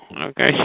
Okay